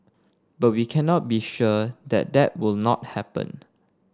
but we cannot be sure that that will not happen